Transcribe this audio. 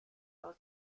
aus